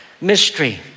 mystery